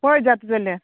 पय जात जाल्या